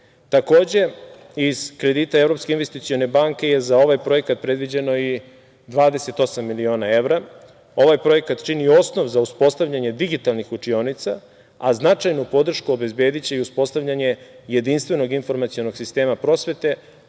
investicione banke je za ovaj projekat predviđeno i 28 miliona evra. Ovaj projekat čini osnov za uspostavljanje digitalnih učionica, a značajnu podršku obezbediće i uspostavljanje jedinstvenog informacionog sistema prosvete